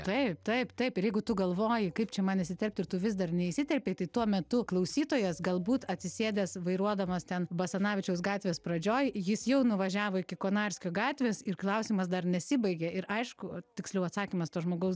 taip taip taip ir jeigu tu galvoji kaip čia man įsiterpt ir tu vis dar neįsiterpei tai tuo metu klausytojas galbūt atsisėdęs vairuodamas ten basanavičiaus gatvės pradžioj jis jau nuvažiavo iki konarskio gatvės ir klausimas dar nesibaigė ir aišku tiksliau atsakymas to žmogaus